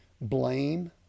blame